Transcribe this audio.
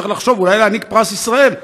צריך לחשוב אולי להעניק פרס ישראל.